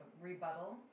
rebuttal